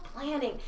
planning